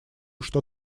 что